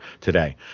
today